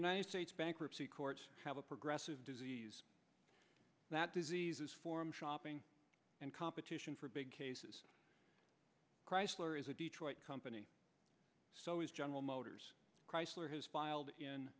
united states bankruptcy court have a progressive not diseases forum shopping and competition for big cases chrysler is a detroit company so is general motors chrysler has filed in